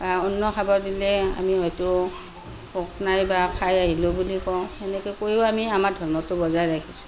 অন্য খাব দিলে আমি হয়তো ভোক নাই বা খাই আহিলো বুলি কওঁ সেনেকৈও কৈও আমি আমাৰ ধৰ্মটো বজাই ৰাখিছোঁ